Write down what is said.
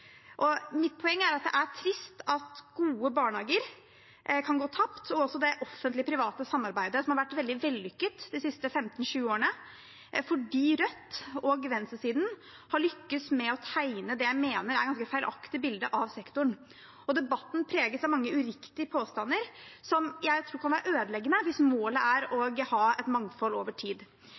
Mitt poeng er at det er trist at gode barnehager og det offentlig–private samarbeidet, som har vært veldig vellykket de siste 15–20 årene, kan gå tapt fordi Rødt og resten av venstresiden har lyktes med å tegne det jeg mener er et ganske feilaktig bilde av sektoren. Debatten preges av mange uriktige påstander, noe jeg tror kan være ødeleggende hvis målet er å ha et mangfold over tid.